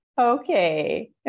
Okay